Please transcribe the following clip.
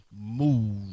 move